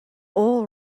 all